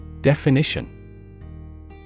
Definition